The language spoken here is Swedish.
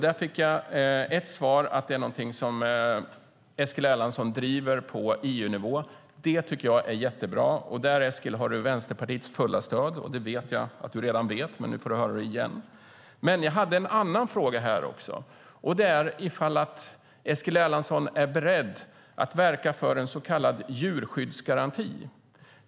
Där fick jag ett svar, nämligen att det är en fråga som Eskil Erlandsson driver på EU-nivå. Det är bra. Där har Eskil Vänsterpartiets fulla stöd, och det vet jag att du redan vet - men nu får du höra det igen. Men jag hade också en annan fråga, nämligen om Eskil Erlandsson är beredd att verka för en så kallad djurskyddsgaranti.